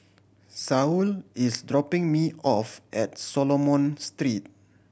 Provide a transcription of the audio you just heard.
Saul is dropping me off at Solomon Street